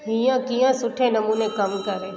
हीअं कींहं सुठे नमूने कमु करे